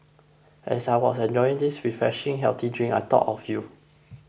as I was enjoying this refreshing healthy drink I thought of you